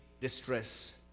distress